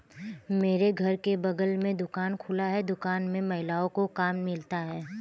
मेरे घर के बगल में दुकान खुला है दुकान में महिलाओं को काम मिलता है